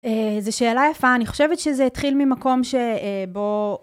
זה שאלה יפה, אני חושבת שזה התחיל ממקום שבו...